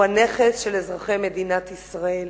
הוא הנכס של אזרחי מדינת ישראל.